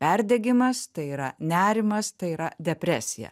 perdegimas tai yra nerimas tai yra depresija